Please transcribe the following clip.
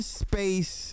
space